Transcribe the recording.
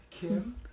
Kim